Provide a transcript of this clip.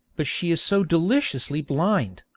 but she is so deliciously blind.